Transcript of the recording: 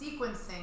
sequencing